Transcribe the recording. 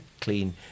clean